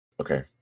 Okay